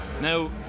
Now